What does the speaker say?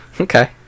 Okay